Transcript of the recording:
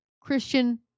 christian